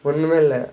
ஒன்றுமே இல்லை